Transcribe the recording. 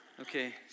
okay